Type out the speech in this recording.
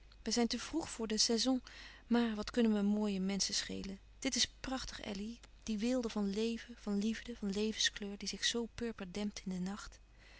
wij zijn te vroeg voor den saison maar wat kunnen me mooie menschen schelen dit is prachtig elly die weelde van leven van liefde van levenskleur die zich zoo purper dempt in den nacht